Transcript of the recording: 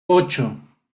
ocho